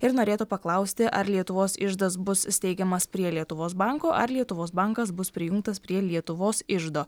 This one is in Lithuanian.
ir norėtų paklausti ar lietuvos iždas bus steigiamas prie lietuvos banko ar lietuvos bankas bus prijungtas prie lietuvos iždo